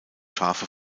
scharfe